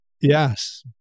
Yes